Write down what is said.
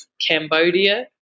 Cambodia